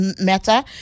matter